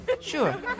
Sure